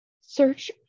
search